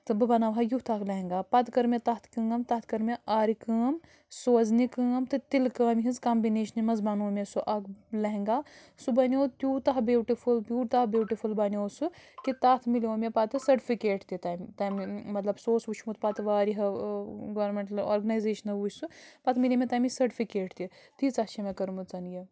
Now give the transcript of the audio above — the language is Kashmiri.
تہٕ بہٕ بناو ہا یُتھ اَکھ لیٚہنٛگا پتہٕ کٔر مےٚ تَتھ کٲم تَتھ کٔر مےٚ آرِ کٲم سوزنہِ کٲم تہٕ تِلہٕ کامہِ ہٕنٛز کمبِنیشنہِ منٛز بنوو مےٚ سُہ اَکھ لیٚہنٛگا سُہ بنیو تیوٗتاہ بیوٗٹِفُل تیوٗتاہ بیوٗٹِٕفُل بنیو سُہ کہِ تَتھ مِلیو مےٚ پتہٕ سٔٹفِکیٹ تہِ تَمہِ تَمہِ مطلب سُہ اوس وٕچھمُت پَتہٕ واریہَو آرگٕنایزیشنو وٕچھ سُہ پتہٕ مِلے مےٚ تَمِچ سٔٹفِکیٹ تہِ تیٖژاہ چھِ مےٚ کٔرمٕژ یہِ